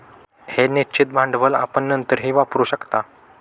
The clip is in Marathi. हे निश्चित भांडवल आपण नंतरही वापरू शकता